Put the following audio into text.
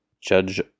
judge